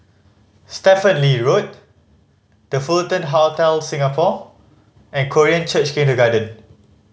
Stephen Lee Road The Fullerton Hotel Singapore and Korean Church Kindergarten